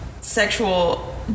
sexual